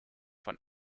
von